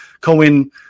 Cohen